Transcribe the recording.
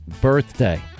birthday